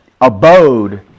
abode